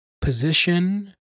position